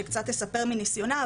שקצת תספר לנו פה מניסיונה,